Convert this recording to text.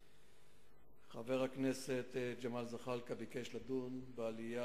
חבר הכנסת ג'מאל זחאלקה ביקש לדון בעלייה